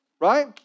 right